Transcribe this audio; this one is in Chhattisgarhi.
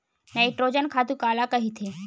नाइट्रोजन खातु काला कहिथे?